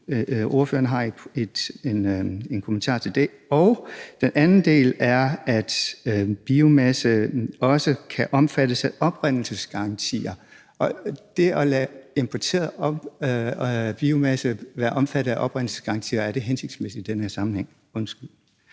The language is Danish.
ordføreren en kommentar til det? Det andet element er, at biomasse også kan omfattes af oprindelsesgarantier, og er det at lade importeret biomasse være omfattet af oprindelsesgarantier hensigtsmæssigt i den her sammenhæng? Kl.